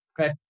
Okay